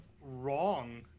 wrong